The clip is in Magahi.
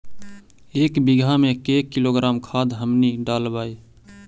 एक बीघा मे के किलोग्राम खाद हमनि डालबाय?